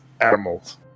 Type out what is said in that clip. animals